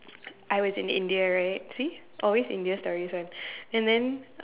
I was in India right see always India stories [one] and then